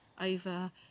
over